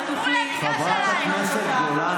המציאות הזאת, גם את לא תוכלי לשנות אותה.